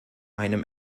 einem